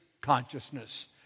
consciousness